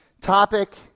topic